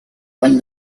when